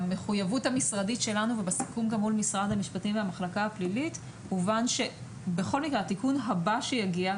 בסיכום מול משרד המשפטים והמחלקה הפלילית הובן שבתיקון הבא שיגיע,